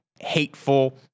hateful